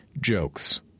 jokes